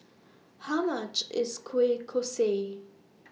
How much IS Kueh Kosui